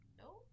no